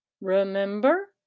Remember